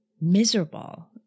miserable